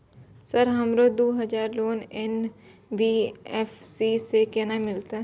Sir हमरो दूय हजार लोन एन.बी.एफ.सी से केना मिलते?